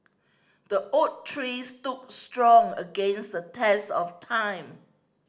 the oak tree stood strong against the test of time